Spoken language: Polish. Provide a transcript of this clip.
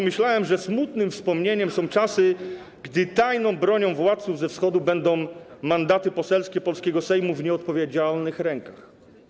Myślałem, że smutnym wspomnieniem są czasy, gdy tajną bronią władców ze Wschodu były mandaty poselskie polskiego Sejmu w nieodpowiedzialnych rękach.